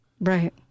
Right